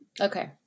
Okay